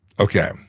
Okay